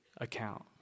account